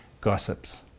gossips